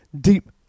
deep